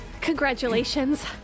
Congratulations